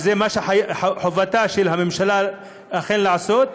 וזו אכן חובתה של הממשלה לעשות,